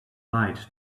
lied